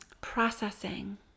processing